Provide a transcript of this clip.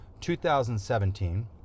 2017